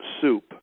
soup